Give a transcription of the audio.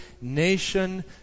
nation